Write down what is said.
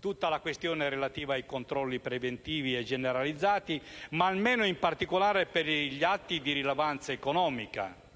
tutta la questione relativa ai controlli preventivi e generalizzati, in particolare per gli atti di rilevanza economica,